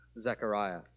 Zechariah